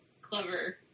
clever